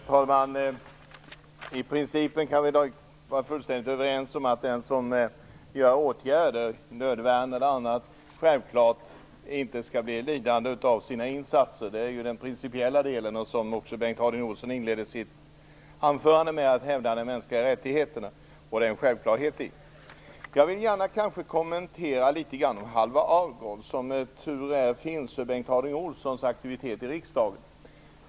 Herr talman! I princip kan vi vara fullständigt överens om att den som vidtar åtgärder, nödvärn eller annat, självklart inte skall bli lidande av sina insatser. Det är den principiella delen. Bengt Harding Olson inledde också sitt anförande med att hävda de mänskliga rättigheterna och det är en självklarhet. Jag vill gärna litet grand kommentera fallet Halvar Alvgard. Som tur är för Bengt Harding Olsons aktivitet i riksdagen finns detta fall.